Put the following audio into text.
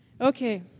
Okay